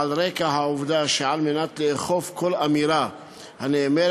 על רקע העובדה שעל מנת לאכוף אותה בכל אמירה הנאמרת